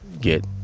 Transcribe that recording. get